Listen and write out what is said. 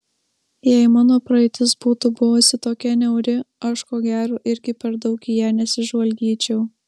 jei mano praeitis būtų buvusi tokia niauri aš ko gero irgi per daug į ją nesižvalgyčiau